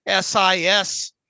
SIS